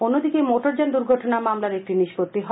অন্যদিকে মোটরযান দুর্ঘটনা মামলার একটি নিষ্পত্তি হয়